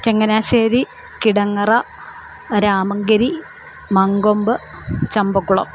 Changanassery Kidangara Ramankary Mankombu Champakulam